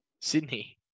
Sydney